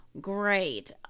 great